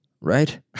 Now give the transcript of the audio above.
right